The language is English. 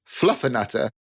Fluffernutter